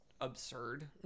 absurd